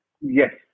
Yes